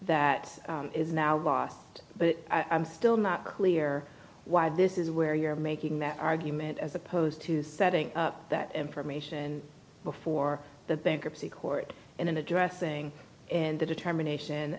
that is now lost but i'm still not clear why this is where you're making that argument as opposed to setting up that information before the bankruptcy court in addressing and the determination